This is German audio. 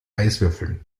eiswürfeln